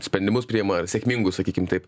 sprendimus priima sėkmingus sakykim taip